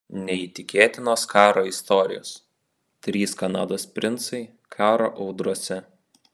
neįtikėtinos karo istorijos trys kanados princai karo audrose